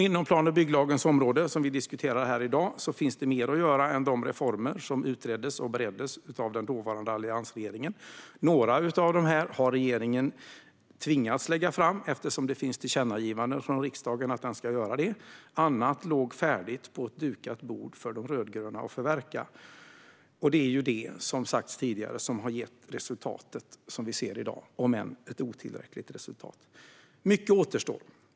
Inom plan och bygglagens område, som vi diskuterar här i dag, finns mer att göra än de reformer som utreddes och bereddes av den dåvarande alliansregeringen. Några av dem har regeringen tvingats att lägga fram eftersom det finns tillkännagivanden från riksdagen om detta. Annat låg färdigt på ett dukat bord för de rödgröna att förverkliga. Som har sagts tidigare är det detta som har gett det resultat, om än otillräckligt, som vi ser i dag. Mycket återstår.